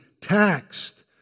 taxed